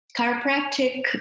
Chiropractic